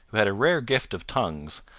who had a rare gift of tongues,